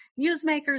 newsmakers